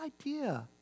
idea